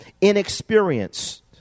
inexperienced